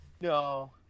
No